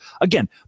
Again